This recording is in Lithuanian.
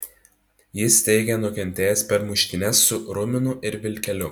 jis teigė nukentėjęs per muštynes su ruminu ir vilkeliu